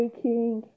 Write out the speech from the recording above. king